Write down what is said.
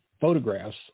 photographs